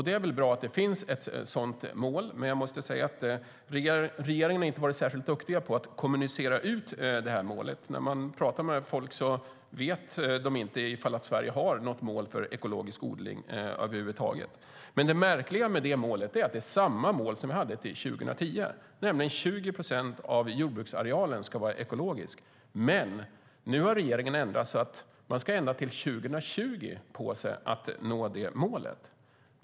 Det är väl bra att det finns ett sådant mål, men jag måste säga att regeringen inte har varit särskilt duktig på att kommunicera ut det målet. När man pratar med folk vet de inte ifall Sverige har något mål för ekologisk odling över huvud taget. Det märkliga med målet är dock att det är samma mål som vi hade till 2010, nämligen att 20 procent av jordbruksarealen ska vara ekologisk. Men nu har regeringen ändrat så att man ska ha ända till 2020 på sig att nå det målet.